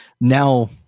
now